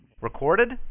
Recorded